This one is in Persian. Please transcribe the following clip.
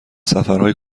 سفرهای